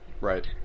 Right